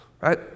Right